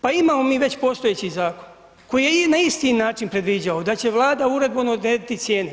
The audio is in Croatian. Pa imamo mi već postojećih zakona koje je na isti način predviđao da će Vlada uredbom odrediti cijenu.